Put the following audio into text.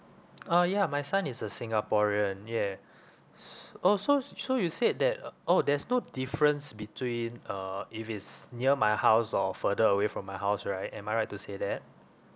oh ya my son is a singaporean yeah s~ oh so so you said that uh oh there's no difference between uh if it's near my house or further away from my house right am I right to say that